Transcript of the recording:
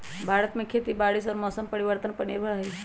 भारत में खेती बारिश और मौसम परिवर्तन पर निर्भर हई